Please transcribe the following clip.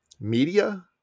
media